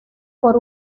por